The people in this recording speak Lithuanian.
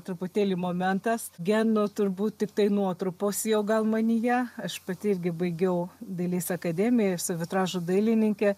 truputėlį momentas geno turbūt tiktai nuotrupos jau gal manyje aš pati irgi baigiau dailės akademiją esu vitražo dailininkė